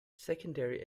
secondary